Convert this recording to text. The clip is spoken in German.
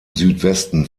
südwesten